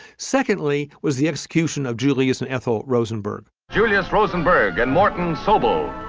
secondly was the execution of julius and ethel rosenberg julius rosenberg and martin sobel,